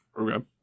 Okay